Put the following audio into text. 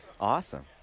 awesome